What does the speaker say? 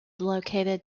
located